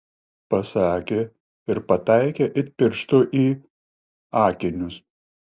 pasakė ir pataikė it pirštu į akinius